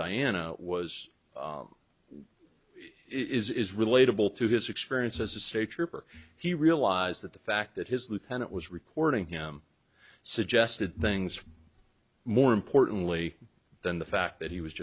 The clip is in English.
diana was is relatable to his experience as a state trooper he realized that the fact that his lieutenant was reporting him suggested things more importantly than the fact that he was